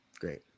Great